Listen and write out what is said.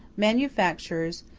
manufactures,